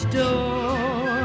door